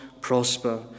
prosper